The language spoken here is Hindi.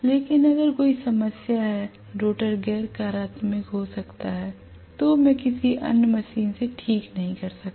लेकिन अगर कोई समस्या है रोटर गैर कार्यात्मक हो सकता है तो मैं किसी अन्य मशीन से ठीक नहीं कर सकता